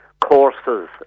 courses